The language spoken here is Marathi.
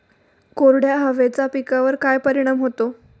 कोरड्या हवेचा पिकावर काय परिणाम होतो?